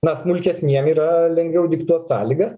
na smulkesniem yra lengviau diktuot sąlygas